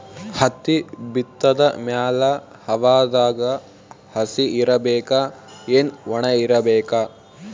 ಹತ್ತಿ ಬಿತ್ತದ ಮ್ಯಾಲ ಹವಾದಾಗ ಹಸಿ ಇರಬೇಕಾ, ಏನ್ ಒಣಇರಬೇಕ?